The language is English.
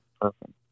Perfect